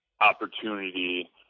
opportunity